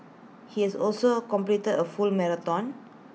he has also completed A full marathon